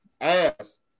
ass